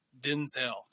Denzel